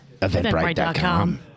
eventbrite.com